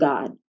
God